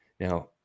Now